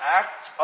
act